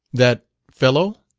that fellow?